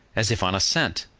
as if on a scent.